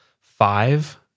five